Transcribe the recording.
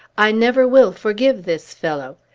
i never will forgive this fellow!